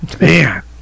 Man